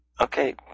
Okay